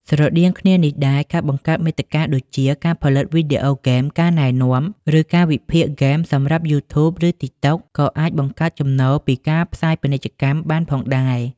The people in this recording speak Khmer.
ស្រដៀងគ្នានេះដែរ ការបង្កើតមាតិកាដូចជា ការផលិតវីដេអូហ្គេម ការណែនាំ ឬការវិភាគហ្គេមសម្រាប់ យូធូប ឬតិកតុក ក៏អាចបង្កើតចំណូលពីការផ្សាយពាណិជ្ជកម្មបានផងដែរ។